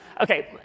Okay